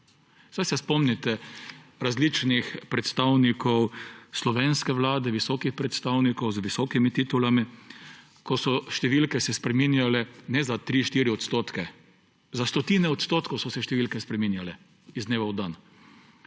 Saj se spomnite različnih predstavnikov slovenske Vlade, visokih predstavnikov, z visokimi titulami, ko so se številke spreminjale ne za 3, 4 %, za stotine odstotkov so se številke spreminjale iz dneva v dan.